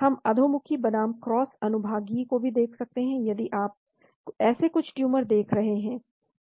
हम अधोमुखी बनाम क्रॉस अनुभागीय को भी देख सकते हैं यदि आप ऐसे कुछ ट्यूमर देख रहे हैं